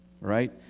right